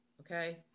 Okay